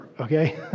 okay